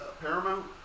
Paramount